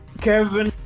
Kevin